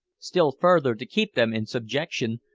still further to keep them in subjection,